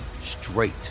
straight